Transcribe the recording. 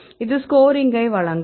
இது ஸ்கோரிங்கை வழங்கும்